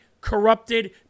corrupted